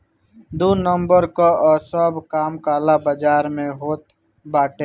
दू नंबर कअ सब काम काला बाजार में होत बाटे